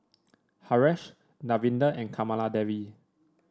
Haresh Davinder and Kamaladevi